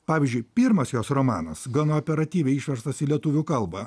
pavyzdžiui pirmas jos romanas gana operatyviai išverstas į lietuvių kalbą